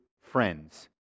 friends